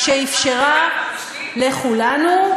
שאפשרה לכולנו,